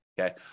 okay